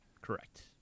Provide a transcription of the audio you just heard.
Correct